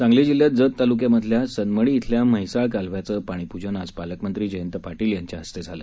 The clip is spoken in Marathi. सांगली जिल्ह्यात जत ताल्क्यामधल्या सनमडी इथल्या म्हैसाळ कालव्याचं पाणीपूजन आज पालकमंत्री जयंत पाटील यांच्या हस्ते झालं